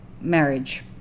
marriage